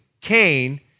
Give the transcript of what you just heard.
Cain